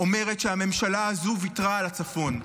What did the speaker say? אומרת שהממשלה הזו ויתרה על הצפון,